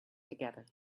together